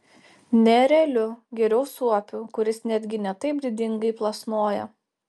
ne ereliu geriau suopiu kuris netgi ne taip didingai plasnoja